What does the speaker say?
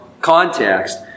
Context